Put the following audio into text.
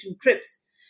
trips